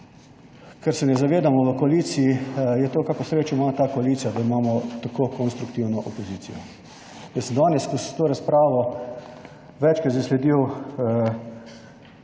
ker se ne zavedamo v koaliciji je to, kako srečo ima ta koalicija, da imamo tako konstruktivno opozicijo. Jaz sem danes skozi to razpravo večkrat zasledil,